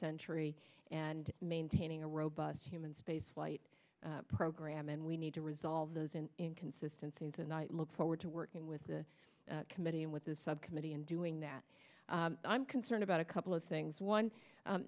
century and maintaining a robust human spaceflight program and we need to resolve those in inconsistency tonight look forward to working with the committee and with the subcommittee in doing that i'm concerned about a couple of things one